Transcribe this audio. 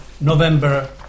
November